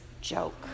joke